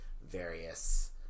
various